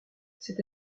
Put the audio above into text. cette